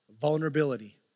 vulnerability